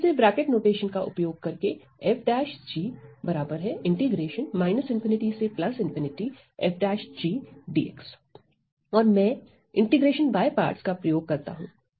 तो फिर से ब्रैकेट नोटेशन का उपयोग करके और मैं इंटीग्रेशन बाय पार्ट्स का प्रयोग करता हूं